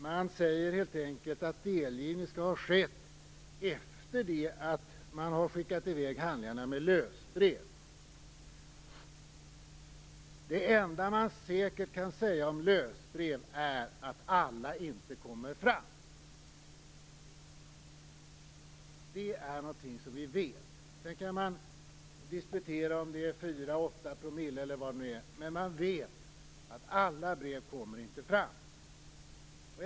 Man säger helt enkelt att delgivning skall ha skett efter det att man har skickat i väg handlingarna med lösbrev. Det enda man säkert kan säga om lösbrev är att alla inte kommer fram. Det är någonting som vi vet. Sedan kan man disputera om huruvida det är 4 eller 8 % eller vad det nu är, men man vet att alla brev kommer inte fram.